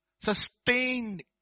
sustained